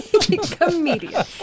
Comedian